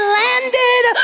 landed